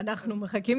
אנחנו מחכים,